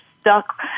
stuck